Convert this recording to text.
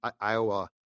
Iowa